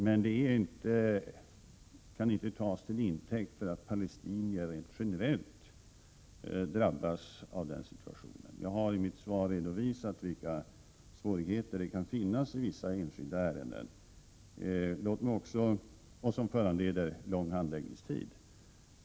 Detta kan emellertid inte tas till intäkt för att palestinierna generellt drabbas av den situationen. Jag har i mitt svar redovisat vilka svårigheter som kan uppstå i vissa enskilda ärenden, som föranleder lång handläggningstid.